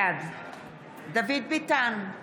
בעד דוד ביטן,